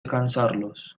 cansarlos